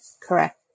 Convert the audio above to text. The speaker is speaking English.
Correct